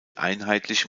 einheitlich